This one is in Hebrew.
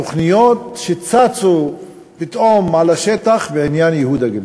בתוכניות שצצו פתאום על השטח בעניין ייהוד הגליל.